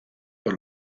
por